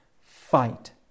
fight